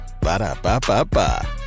Ba-da-ba-ba-ba